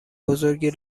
بزرگی